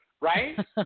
right